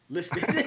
Listed